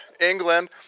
England